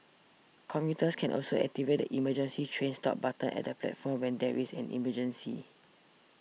commuters can also activate the emergency train stop buttons at the platforms when there is an emergency